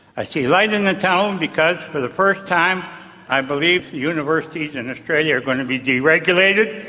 i see light in the tunnel because for the first time i believe universities in australia are going to be deregulated,